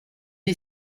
est